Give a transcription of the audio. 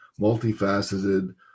multifaceted